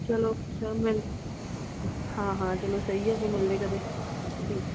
ਚਲੋ ਹਾਂ ਹਾਂ ਚਲੋ ਸਹੀ ਆ ਫਿਰ ਮਿਲਦੇ ਕਦੇ ਠੀਕ